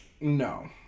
No